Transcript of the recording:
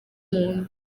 muntu